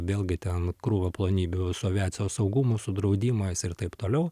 vėlgi ten krūva plonybių su aviacijos saugumu su draudimais ir taip toliau